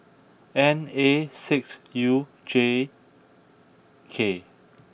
N A six U J K